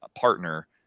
partner